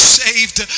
saved